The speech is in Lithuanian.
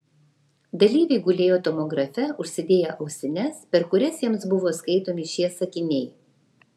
dalyviai gulėjo tomografe užsidėję ausines per kurias jiems buvo skaitomi šie sakiniai